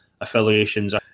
affiliations